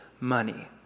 money